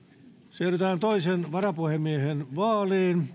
siirrytään toisen varapuhemiehen vaaliin